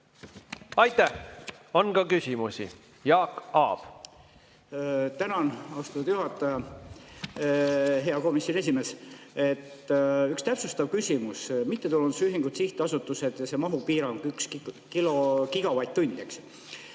Aitäh! On ka küsimusi. Jaak Aab. Tänan, austatud juhataja! Hea komisjoni esimees! Üks täpsustav küsimus. Mittetulundusühingud, sihtasutused ja see mahupiirang 1 gigavatt-tundi, eks.